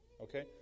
Okay